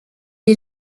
est